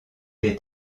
est